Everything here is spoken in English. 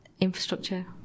infrastructure